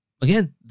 again